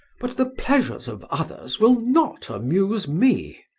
but the pleasures of others will not amuse me,